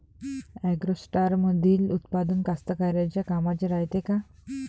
ॲग्रोस्टारमंदील उत्पादन कास्तकाराइच्या कामाचे रायते का?